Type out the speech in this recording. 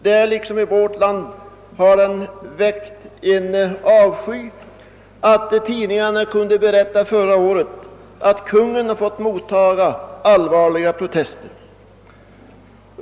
Där liksom i vårt land har den väckt en sådan avsky, att tidningarna förra året kunde berätta att Konungen fått mottaga allvarliga protester från dessa länder.